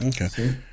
Okay